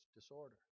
disorder